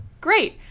Great